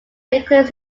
includes